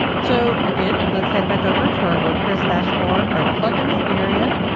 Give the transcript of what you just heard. so again let's head back over to our wordpress dashboard, our plugins area,